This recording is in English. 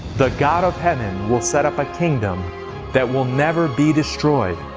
the god of heaven will set up a kingdom that will never be destroyed.